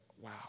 wow